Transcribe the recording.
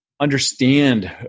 understand